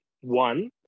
one